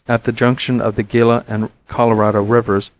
at the junction of the gila and colorado rivers,